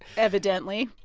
evidently